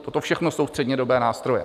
Toto všechno jsou střednědobé nástroje.